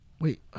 Wait